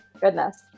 Goodness